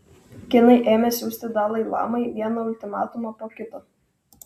kinai ėmė siųsti dalai lamai vieną ultimatumą po kito